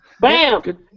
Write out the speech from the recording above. Bam